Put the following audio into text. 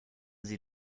sie